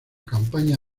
campaña